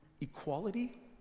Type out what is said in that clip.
equality